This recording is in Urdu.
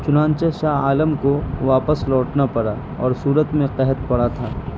چنانچہ شاہ عالم کو واپس لوٹنا پڑا اور سورت میں قحط پڑا تھا